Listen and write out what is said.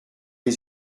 les